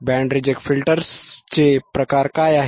band reject फिल्टर्सचे प्रकार काय आहेत